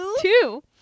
Two